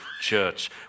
church